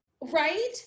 Right